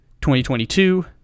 2022